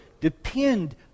depend